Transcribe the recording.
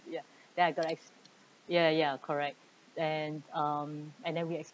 ya then I got ex~ ya ya ya correct and um and then we experience